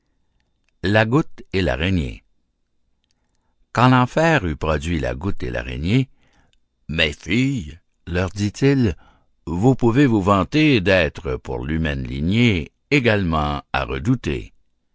la goutte et l'araignée quand l'enfer eut produit la goutte et l'araignée mes filles leur dit-il vous pouvez vous vanter d'être pour l'humaine lignée également à redouter